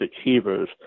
achievers